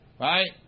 Right